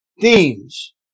Themes